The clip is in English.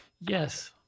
Yes